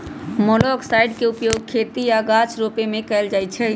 मोलॉक्साइड्स के उपयोग खेती आऽ गाछ रोपे में कएल जाइ छइ